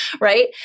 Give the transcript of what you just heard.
right